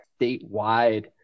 statewide